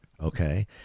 okay